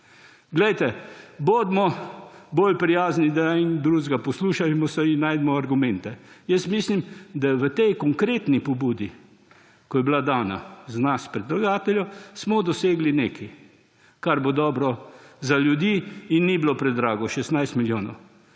Glejte, bodimo bolj prijazni eden do drugega, poslušajmo se in najdimo argumente. Jaz mislim, da v tej konkretni pobudi, ki je bila dana z nas predlagateljev, smo dosegli nekaj, kar bo dobro za ljudi. In ni bilo predrago, 16 milijonov.